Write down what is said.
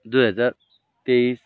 दुई हजार तेइस